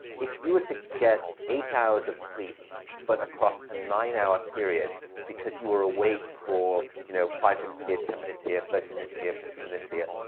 if you were to get eight hours of sleep but across a nine-hour period because you are awake for, you know, five minutes here, ten minutes here, thirty minutes here, fifteen minutes here,